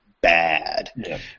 bad